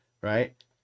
Right